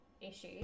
issues